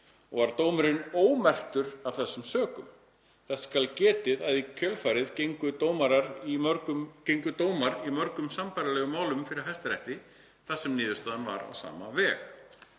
og var dómurinn ómerktur af þessum sökum. Þess skal getið að í kjölfarið gengu dómar í mörgum sambærilegum málum fyrir Hæstarétti þar sem niðurstaðan var á sama veg.“